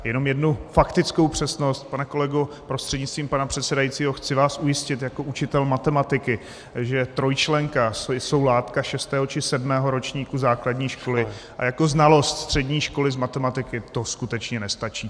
Jenom jednu faktickou přesnost pane kolego prostřednictvím pana předsedajícího, chci vás ujistit jako učitel matematiky, že trojčlenka je látka šestého či sedmého ročníku základní školy a jako znalost střední školy z matematiky to skutečně nestačí.